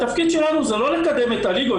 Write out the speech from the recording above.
התפקיד שלנו זה לא לקדם את הליגות,